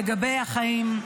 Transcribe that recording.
לגבי החיים.